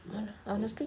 ya um